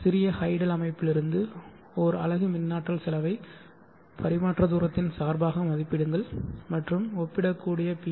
சிறிய ஹைடல் அமைப்பிலிருந்து ஒரு அலகு மின்னாற்றல் செலவை பரிமாற்ற தூரத்தின் சார்பாக மதிப்பிடுங்கள் மற்றும் ஒப்பிடக்கூடிய பி